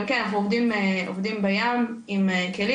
אבל כן, אנחנו עובדים בים, עם כלים.